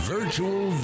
Virtual